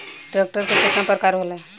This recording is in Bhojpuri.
ट्रैक्टर के केतना प्रकार होला?